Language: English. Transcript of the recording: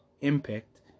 impact